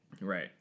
Right